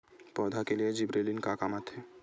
पौधा के लिए जिबरेलीन का काम आथे?